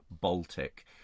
Baltic